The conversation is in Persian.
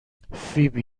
فیبی